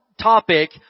topic